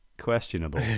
questionable